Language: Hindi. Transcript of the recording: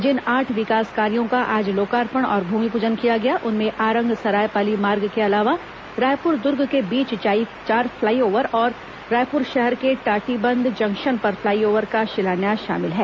जिन आठ विकास कार्यों का आज लोकार्पण और भूमिपूजन किया गया उनमें आरंग सरायपाली मार्ग के अलावा रायपूर दूर्ग के बीच चार फ्लाईओवर और रायपुर शहर के टाटीबंध जंक्शन पर फ्लाईओवर का शिलान्यास शामिल है